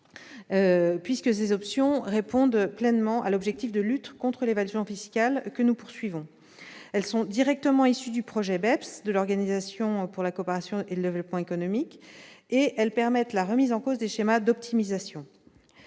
puisque ces options répondent pleinement à l'objectif de lutte contre l'évasion fiscale que nous cherchons à atteindre. Celles-ci sont directement issues du projet BEPS de l'Organisation pour la coopération et le développement économiques et permettent la remise en cause des schémas d'optimisation.